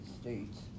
States